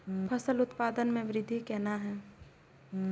फसल उत्पादन में वृद्धि केना हैं?